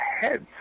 heads